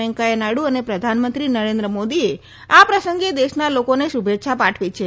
વેકૈયા નાયડુ અને પ્રધાનમંત્રી નરેન્દ્ર મોદીએ આ પ્રસંગે દેશના લોકોને શુભેચ્છા પાઠવી છે